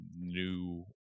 new